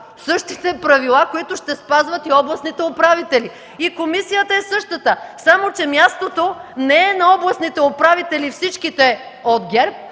същите правила, които ще спазват и областните управители. И комисията е същата, само че мястото не е на областните управители – всичките от ГЕРБ,